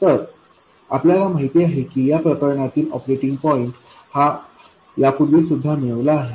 तर आपल्याला माहिती आहे की या प्रकरणातील ऑपरेटिंग पॉईंट हा यापूर्वी सुद्धा मिळविला आहे